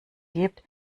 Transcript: gibt